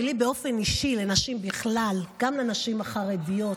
ולי באופן אישי, לנשים בכלל, גם לנשים החרדיות,